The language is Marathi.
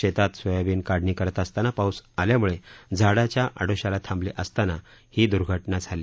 शेतात सोयाबीन काढणी करत असताना पाऊस आल्याम्ळे झाडाच्या आडोशाला थांबले असताना ही दुर्घटना झाली